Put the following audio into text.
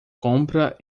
compra